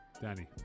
Danny